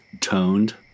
toned